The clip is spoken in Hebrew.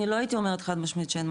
אני לא הייתי אומרת חד משמעית שאין,